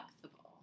flexible